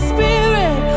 Spirit